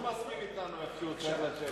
גם הוא מסכים אתנו איך שהוא צריך לשבת.